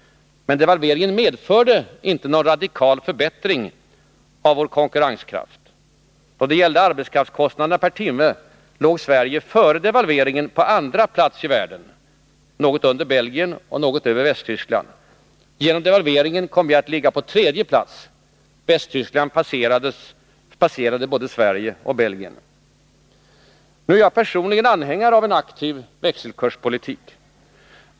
Men devalveringen medförde inte någon radikal förbättring av vår internationella konkurrenssituation. Då det gällde arbetskraftskostnaderna per timme låg Sverige på andra plats i världen, något under Belgien och något över Västtyskland. Genom devalveringen kom vi att ligga på tredje plats. Västtyskland passerade både Sverige och Belgien. Nu är jag personligen anhängare av en aktiv växelkurspolitik.